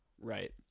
Right